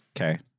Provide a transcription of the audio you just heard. Okay